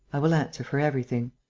i will answer for everything.